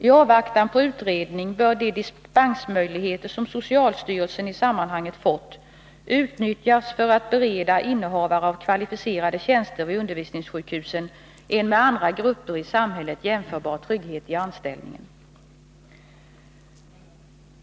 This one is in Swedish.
I avvaktan på utredning bör de dispensmöjligheter som socialstyrelsen i sammanhanget fått utnyttjas för att bereda innehavare av kvalificerade tjänster vid undervisningssjukhusen en med andra grupper i samhället jämförbar trygghet i anställningen.